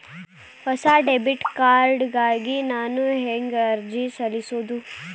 ಹೊಸ debit card ಗಾಗಿ ನಾನು ಹೇಗೆ ಅರ್ಜಿ ಸಲ್ಲಿಸುವುದು?